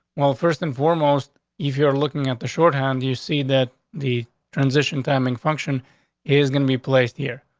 well, first and foremost, if you're looking at the shorthand, you see that the transition timing function is gonna be placed here.